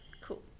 Cool